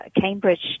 Cambridge